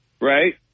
right